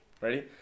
Ready